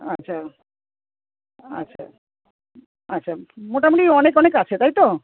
আচ্ছা আচ্ছা আচ্ছা মোটামুটি অনেক অনেক আছে তাই তো